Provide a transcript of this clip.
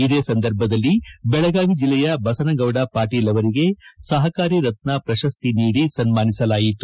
ಇದೇ ಸಂದರ್ಭದಲ್ಲಿ ಬೆಳಗಾವಿ ಜಿಲ್ಲೆಯ ಬಸನಗೌಡ ಪಾಟೀಲ ಅವರಿಗೆ ಸಹಕಾರಿ ರತ್ನ ಪ್ರಶಸ್ತಿ ನೀಡಿ ಸನ್ಮಾನಿಸಲಾಯಿತು